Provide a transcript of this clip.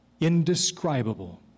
indescribable